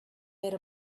made